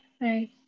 Right